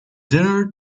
dinner